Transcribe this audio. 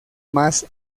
más